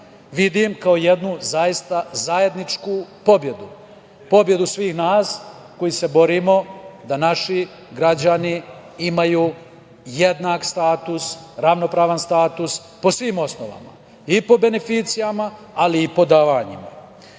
vidim kao jednu zaista zajedničku pobedu, pobedu svih nas koji se borimo da naši građani imaju jednak status, ravnopravan status po svim osnovama, i po beneficijama, ali i po davanjima. Po